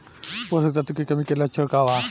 पोषक तत्व के कमी के लक्षण का वा?